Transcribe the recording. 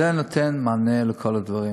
זה נותן מענה לכל הדברים.